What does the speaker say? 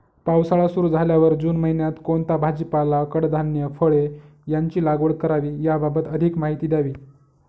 पावसाळा सुरु झाल्यावर जून महिन्यात कोणता भाजीपाला, कडधान्य, फळे यांची लागवड करावी याबाबत अधिक माहिती द्यावी?